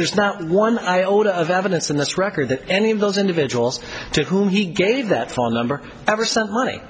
there's not one iota of evidence in this record that any of those individuals to whom he gave that phone number ever sent money